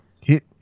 hit